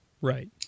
right